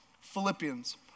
Philippians